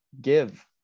give